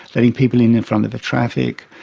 letting people in in front of the traffic,